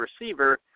receiver –